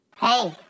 Hey